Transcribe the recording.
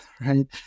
Right